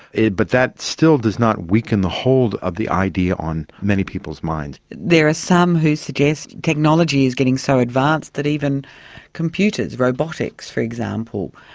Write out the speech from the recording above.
but that still does not weaken the hold of the idea on many people's minds. there are some who suggest technology is getting so advanced that even computers, robotics for example,